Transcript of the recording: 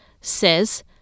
says